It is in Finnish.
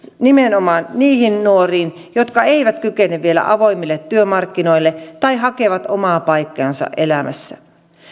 nimenomaan niihin nuoriin jotka eivät kykene vielä avoimille työmarkkinoille tai hakevat omaa paikkaansa elämässä